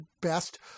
Best